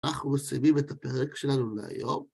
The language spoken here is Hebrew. אנחנו מסיימים את הפרק שלנו להיום.